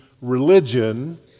religion